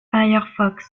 firefox